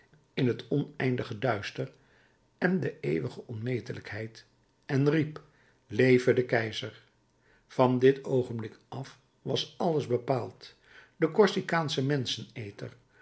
in het oneindige duister en de eeuwige onmetelijkheid en riep leve de keizer van dit oogenblik af was alles bepaald de corsicaansche